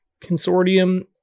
consortium